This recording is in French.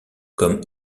comme